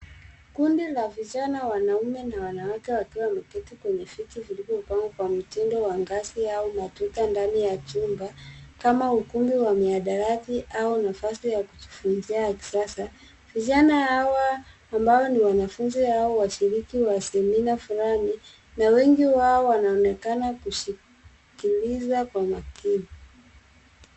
Kundi la vijana wanaume na wanawake wakiwa wameketi kwenye viti vilivyopangwa kwa mtindo wa ngazi au matuta ndani ya chumba kama ukumbi wa mihadarati au nafasi ya kujifunzia ya kisasa. Vijana hawa ambao ni wanafunzi au washiriki wa semina fulani na wengi wao wanaonekana kusikiliza kwa makini.